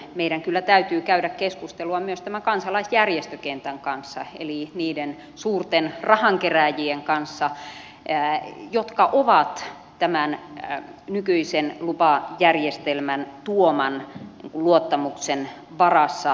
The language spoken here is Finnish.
samoin meidän kyllä täytyy käydä keskustelua myös tämän kansalaisjärjestökentän kanssa eli niiden suurten rahankerääjien kanssa jotka ovat tämän nykyisen lupajärjestelmän tuoman luottamuksen varassa toimimassa